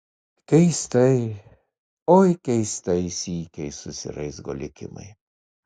keistai oi keistai sykiais susiraizgo likimai